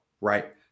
Right